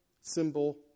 symbol